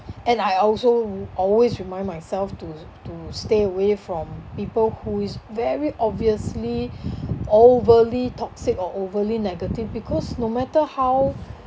and I also always remind myself to to stay away from people who is very obviously overly toxic or overly negative because no matter how